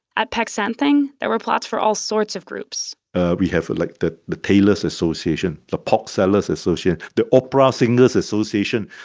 at peck san theng, there were plots for all sorts of groups we have like the the tailor's association, the pot seller's association, the opera singer's association.